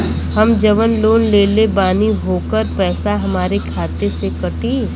हम जवन लोन लेले बानी होकर पैसा हमरे खाते से कटी?